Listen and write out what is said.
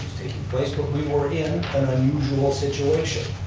place, but we were in an unusual situation.